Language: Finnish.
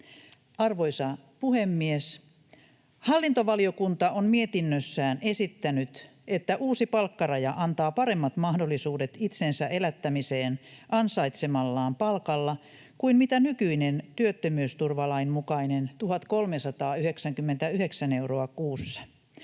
Arvoisa puhemies! Hallintovaliokunta on mietinnössään esittänyt, että uusi palkkaraja antaa paremmat mahdollisuudet itsensä elättämiseen ansaitsemallaan palkalla kuin mitä nykyinen työttömyysturvalain mukainen 1 399 euroa kuussa.